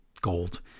Gold